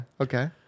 Okay